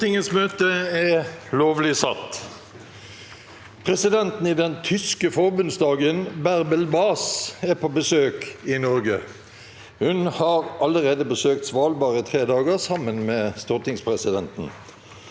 Presidenten Presidenten i den tyske For- bundsdagen, Bärbel Bas, er på besøk i Norge. Hun har allerede besøkt Svalbard i tre dager sammen med stortingspresidenten.